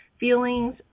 feelings